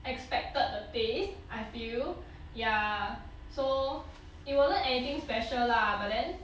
expected the taste I feel ya so it wasn't anything special lah but then